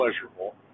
pleasurable